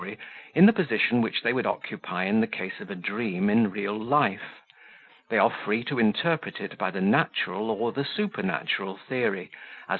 in the position which they would occupy in the case of a dream in real life they are free to interpret it by the natural or the supernatural theory,